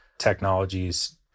technologies